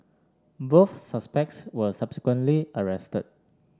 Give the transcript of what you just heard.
both suspects were subsequently arrested